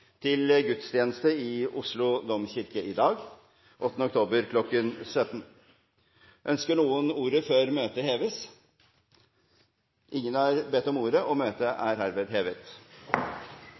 til gudstjeneste i Oslo domkirke i dag, tirsdag 8. oktober kl. 17. Ønsker noen ordet før møtet heves? – Ingen har bedt om ordet, og møtet er hevet.